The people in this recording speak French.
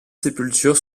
sépultures